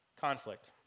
Conflict